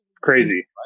crazy